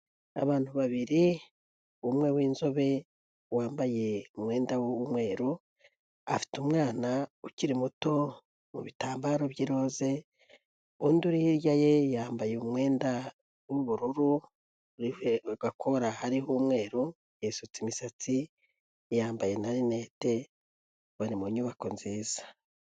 Abantu babiri umwe w'inzobe wambaye umwenda w'umweru , afite umwana ukiri muto mu bitambaro by'irose, undi uri hirya ye yambaye umwenda w'ubururu , ku gakora hariho umweru, yasutse imisatsi yambaye na rinete, bari mu nyubako nziza.